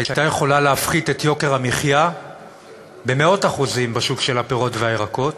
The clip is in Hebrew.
שהייתה יכולה להפחית את יוקר המחיה במאות אחוזים בשוק הפירות והירקות